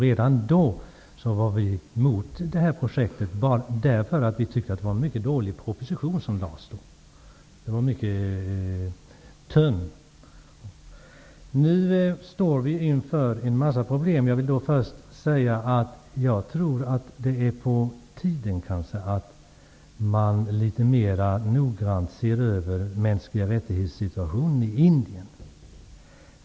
Redan då var vi emot detta projekt, eftersom vi tyckte att den proposition som lades fram var mycket tunn och dålig. Vi står nu inför en mängd problem. Jag vill först säga att det är på tiden att man litet mera noggrant ser över situationen när det gäller mänskliga rättigheter i Indien.